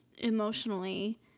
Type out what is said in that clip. Emotionally